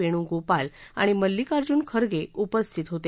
वेणूगोपाल आणि मल्लिकार्जुन खगें उपस्थित होते